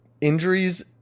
Injuries